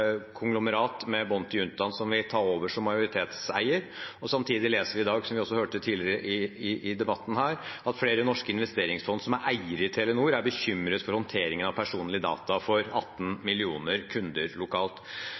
konglomerat med bånd til juntaen som vil ta over som majoritetseier. Samtidig leser vi i dag, som vi også hørte tidligere i debatten her, at flere norske investeringsfond som er eiere i Telenor, er bekymret for håndteringen av personlige data for 18 millioner kunder lokalt.